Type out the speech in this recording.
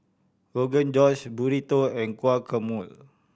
Rogan Josh Burrito and Guacamole